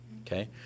okay